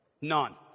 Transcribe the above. None